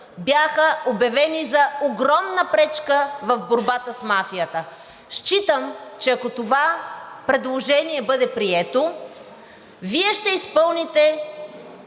бяха обявени за огромна пречка в борбата с мафията. Считам, че ако това предложение бъде прието, Вие ще изпълните